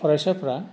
फरायसाफ्रा